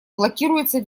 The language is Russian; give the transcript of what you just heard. блокируется